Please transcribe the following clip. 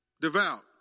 devout